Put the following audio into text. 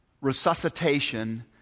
resuscitation